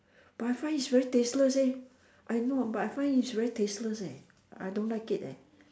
but I find it's very tasteless eh I know but I find it's very tasteless eh I don't like it eh